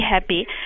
happy